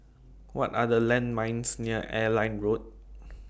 What Are The landmarks near Airline Road